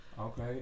Okay